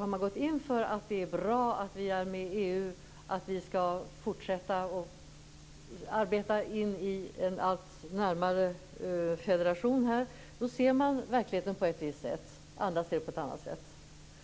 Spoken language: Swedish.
Har man gått in för att det är bra att vi är med i EU och att vi skall fortsätta att arbeta oss in i en allt närmare federation, ser man verkligheten på ett visst sätt, medan andra ser den på ett annat sätt.